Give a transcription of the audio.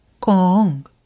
Kong